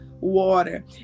water